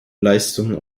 leistungen